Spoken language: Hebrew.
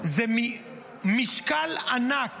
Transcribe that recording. זה המשקל הענק